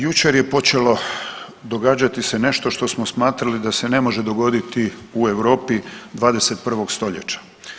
Jučer je počelo događati se nešto što smo smatrali da se ne može dogoditi u Europi 21. st.